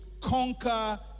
conquer